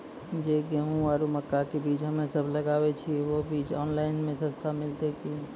जे गेहूँ आरु मक्का के बीज हमे सब लगावे छिये वहा बीज ऑनलाइन मे सस्ता मिलते की?